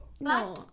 No